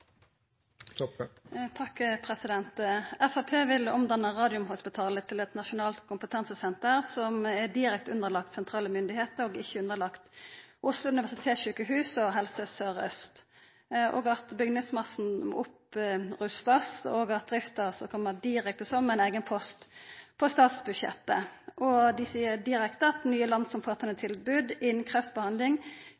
vil omdanna Radiumhospitalet til eit nasjonalt kompetansesenter som ligg direkte under sentrale myndigheiter og ikkje under Oslo universitetssjukehus og Helse Sør-Aust, at bygningsmassen må verta rusta opp, og at drifta kjem som ein direkte post på statsbudsjettet. Dei seier direkte at nye landsomfattande